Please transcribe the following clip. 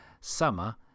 Summer